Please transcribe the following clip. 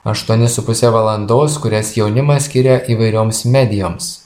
aštuoni su puse valandos kurias jaunimas skiria įvairioms medijoms